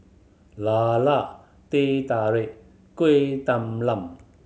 lala Teh Tarik Kueh Talam